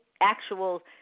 actual